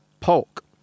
Polk